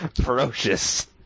ferocious